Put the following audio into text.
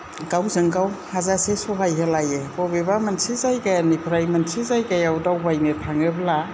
गावजों गाव हाजासे सहाय होलायो बबेबा मोनसे जायगानिफ्राय मोनसे जायगायाव दावबायनो थाङोब्ला